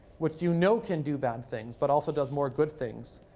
which you know can do bad things, but also does more good things,